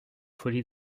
folies